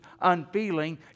unfeeling